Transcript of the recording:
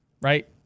right